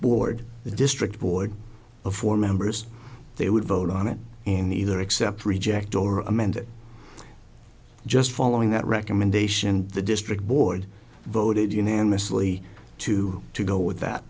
board the district board of four members they would vote on it and either accept reject or amend it just following that recommendation the district board voted unanimously to go with that